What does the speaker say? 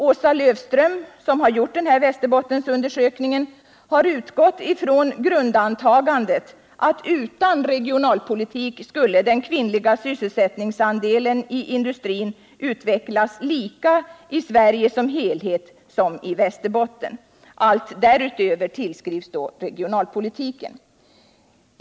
Åsa Löfström, som gjort Västerbottensundersökningen, har utgått från grundantagandet att utan regionalpolitik skulle den kvinnliga sysselsättningsandelen i industrin utvecklas lika i Sverige som helhet som i Västerbotten. Allt därutöver tillskrivs då regionalpolitiken.